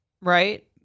Right